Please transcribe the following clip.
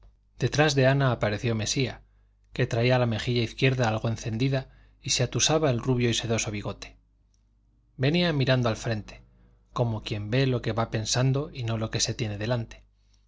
detrás de ana apareció mesía que traía la mejilla izquierda algo encendida y se atusaba el rubio y sedoso bigote venía mirando al frente como quien ve lo que va pensando y no lo que tiene delante